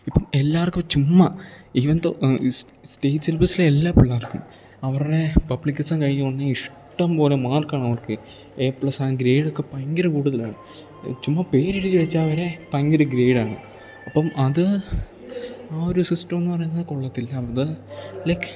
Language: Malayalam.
ഇപ്പം എല്ലാവർക്കും ചുമ്മാ ഈവൻ ദോ ഈ സ്റ്റേറ്റ് സിലബസ്സിൽ എല്ലാ പിള്ളേർക്കും അവരുടെ പബ്ലിക് എക്സാം കഴിഞ്ഞ ഉടനെ ഇഷ്ടം പോലെ മാർക്കാണവർക്ക് എ പ്ലസ് ആ ഗ്രേഡൊക്കെ ഭയങ്കര കൂടുതലാണ് ചുമ്മാ പേരെഴുതി വെച്ചാൽ വരെ ഭയങ്കര ഗ്രേയ്ഡാണ് അപ്പം അത് ആ ഒരു സിസ്റ്റമെന്നു പറയുന്നത് കൊള്ളത്തില്ല അത് ലൈക്ക്